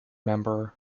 member